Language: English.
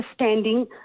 understanding